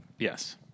Yes